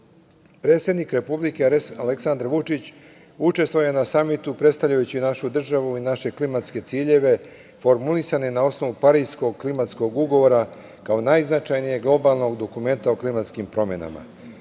Predsednik Republike Aleksandar Vučić je učestvovao na Samitu predstavljajući našu državu i naše klimatske ciljeve formulisane na osnovu Pariskog klimatskog ugovora, kao najznačajnijeg globalnog dokumenta o klimatskim promenama.S